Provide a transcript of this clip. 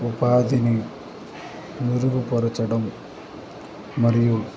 ఉపాధిని మెరుగుపరచడం మరియు